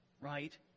right